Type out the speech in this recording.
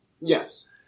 Yes